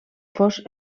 fos